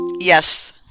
yes